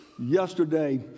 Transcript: Yesterday